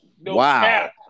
Wow